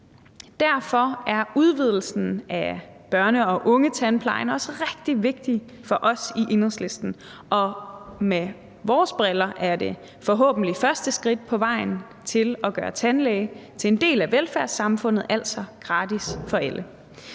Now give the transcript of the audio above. Derfor er udvidelsen af børne- og ungetandplejen også rigtig vigtig for os i Enhedslisten, og set med vores briller er det forhåbentlig første skridt på vejen til at gøre tandbehandling til en del af velfærdssamfundet, altså gratis for alle.